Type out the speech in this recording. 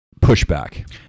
pushback